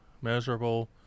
measurable